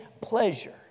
pleasure